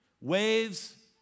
waves